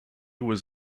was